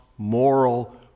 moral